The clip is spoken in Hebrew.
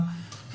אבל יחד עם זאת,